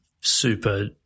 super